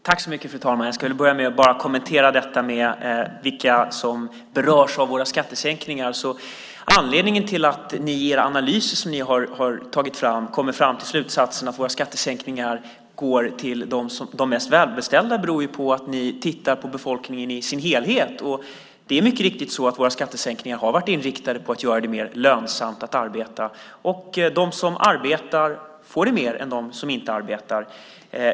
Fru talman! Jag ska börja med att bara kommentera vilka som berörs av våra skattesänkningar. Anledningen till att ni i den analys som ni har tagit fram kommer fram till slutsatsen att våra skattesänkningar går till de mest välbeställda är ju att ni tittar på befolkningen i dess helhet. Det är mycket riktigt så att våra skattesänkningar har varit inriktade på att göra det mer lönsamt att arbeta, och de som arbetar får mer än de som inte arbetar.